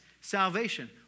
salvation